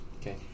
Okay